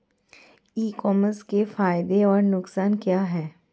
ई commerce के फायदे और नुकसान क्या हैं?